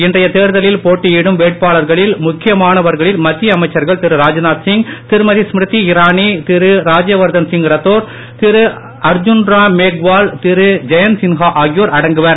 இன்றைய தேர்தலில் போட்டியிடும் முக்கிய வேட்பாளர்களில் முக்கியமானவர்களில் மத்திய அமைச்சர்கள் திரு ராஜ்நாத்சிங் திருமதி ஸ்மிருதி இரானி திரு ராஜ்யவர்தன்சிங் ரதோர் திரு அர்ஜுன்ராம் மெக்வால் திரு ஜெயந்த்சின்கா ஆகியோர் அடங்குவர்